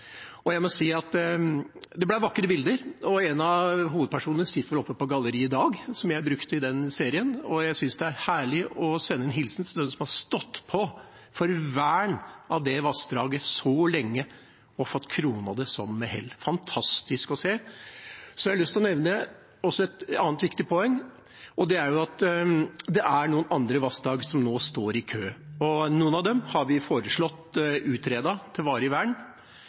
som jeg brukte i den serien, sitter vel oppe på galleriet i dag. Jeg synes det er herlig å sende en hilsen til dem som har stått på for vern av dette vassdraget så lenge og fått kronet det med slikt hell. Det er fantastisk å se. Jeg har lyst til å nevne også et annet viktig poeng, og det er at det er noen andre vassdrag som nå står i kø. Noen av dem har vi foreslått utredet for varig vern,